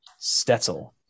Stetzel